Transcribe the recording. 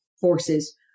forces